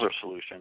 solution